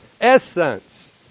essence